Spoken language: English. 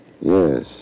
Yes